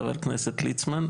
חבר הכנסת ליצמן,